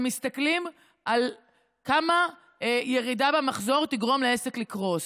מסתכלים על כמה ירידה במחזור תגרום לעסק לקרוס.